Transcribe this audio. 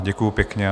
Děkuju pěkně.